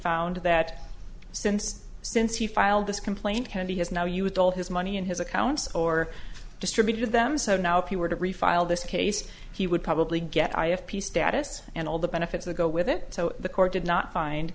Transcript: found that since since he filed this complaint kennedy has now used all his money in his accounts or distributed them so now if you were to refile this case he would probably get i have peace status and all the benefits that go with it so the court did not find